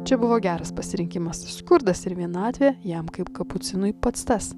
čia buvo geras pasirinkimas skurdas ir vienatvė jam kaip kapucinui pats tas